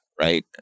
right